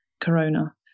corona